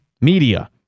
media